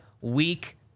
week